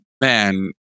Man